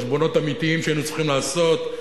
חשבונות אמיתיים שהיינו צריכים לעשות,